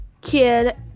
kid